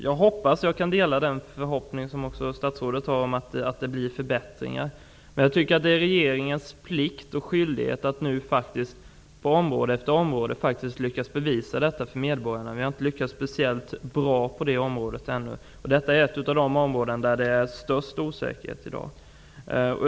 Jag hoppas att jag kan dela statsrådets förhoppning att det blir förbättringar, men jag tycker att det är regeringens plikt och skyldighet att nu på område efter område försöka lyckas med att bevisa detta för medborgarna. Vi har ännu inte lyckats speciellt bra på detta område. Detta är ett av de områden där det i dag råder störst osäkerhet.